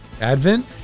Advent